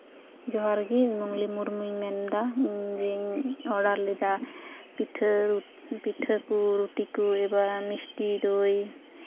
ᱡᱚᱦᱟᱨ ᱜᱮ ᱢᱩᱜᱽᱞᱤ ᱢᱩᱨᱢᱩᱧ ᱢᱮᱱᱫᱟ ᱤᱧ ᱡᱮᱧ ᱚᱰᱟᱨ ᱞᱮᱫᱟ ᱯᱤᱴᱷᱟᱹ ᱯᱤᱴᱷᱟᱹ ᱠᱚ ᱨᱩᱴᱤ ᱠᱚ ᱮᱵᱟᱨ ᱢᱤᱥᱴᱤ ᱫᱳᱭ